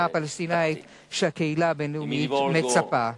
הפלסטינית שהקהילה הבין-לאומית מצפה לה.